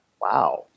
Wow